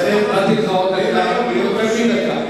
חבר הכנסת אלסאנע, נתתי לך עוד דקה ויותר מדקה.